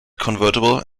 convertible